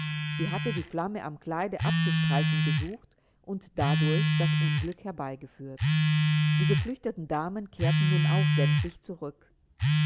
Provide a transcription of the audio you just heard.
sie hatte die flamme am kleide abzustreifen gesucht und dadurch das unglück herbeigeführt die geflüchteten damen kehrten nun auch sämtlich zurück